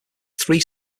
three